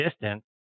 distance